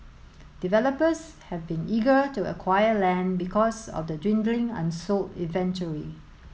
developers have been eager to acquire land because of the dwindling unsold inventory